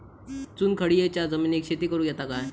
चुनखडीयेच्या जमिनीत शेती करुक येता काय?